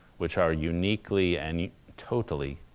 which are uniquely and totally